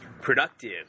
productive